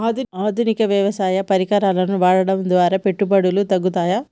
ఆధునిక వ్యవసాయ పరికరాలను వాడటం ద్వారా పెట్టుబడులు తగ్గుతయ?